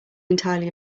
entirely